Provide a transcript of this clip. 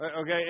Okay